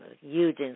huge